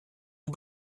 aux